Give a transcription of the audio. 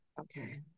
Okay